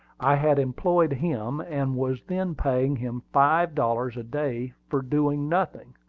i had employed him, and was then paying him five dollars a day for doing nothing.